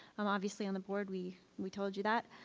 um obviously on the board. we we told you that.